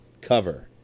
cover